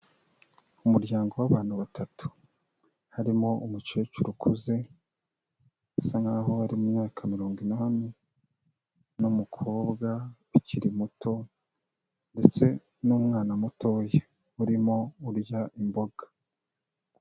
Umuryango w'abantu batatu, harimo umukecuru ukuze asa nkaho ari mu kigero k'imyaka mirongo inani n'umukobwa ukiri muto ndetse n'umwana mutoya urimo urya imboga.